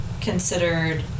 considered